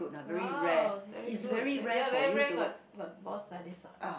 !wow! it's very good ya very rare got got boss like this orh